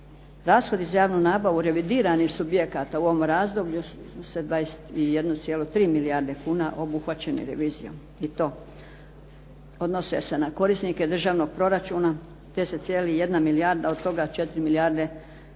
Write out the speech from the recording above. Rashodi za javnu nabavu revidiranih subjekata u ovom razdoblju su 21,3 milijarde kuna obuhvaćeni revizijom i to odnose se na korisnike državnog proračuna te se …/Govornica se ne